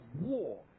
war